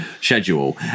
schedule